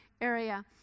area